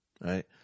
Right